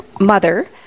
mother